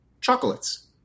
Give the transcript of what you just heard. chocolates